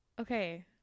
okay